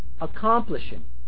accomplishing